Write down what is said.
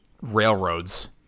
railroads